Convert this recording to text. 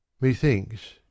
Methinks